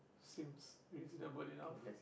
seems reasonable enough